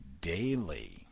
daily